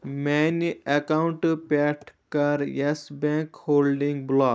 میٛانہِ ایکاوُنٛٹہٕ پٮ۪ٹھ کَر یَس بینٛک ہولڈِنٛگ بُلاک